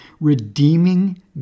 redeeming